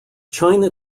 china